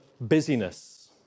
busyness